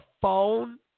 phone